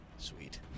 Sweet